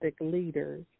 leaders